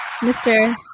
Mr